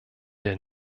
der